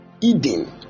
Eden